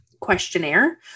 Questionnaire